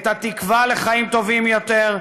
את התקווה לחיים טובים יותר,